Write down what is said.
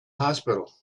hospital